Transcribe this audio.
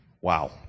Wow